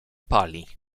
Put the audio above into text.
pali